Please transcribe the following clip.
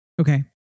Okay